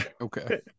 okay